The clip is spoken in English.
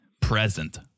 present